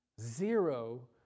Zero